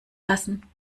lassen